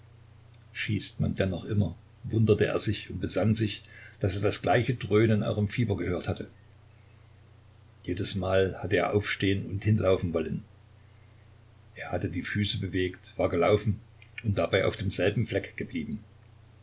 schießt man denn immer noch wunderte er sich und besann sich daß er das gleiche dröhnen auch im fieber gehört hatte jedesmal hatte er aufstehen und hinlaufen wollen er hatte die füße bewegt war gelaufen und dabei auf demselben fleck geblieben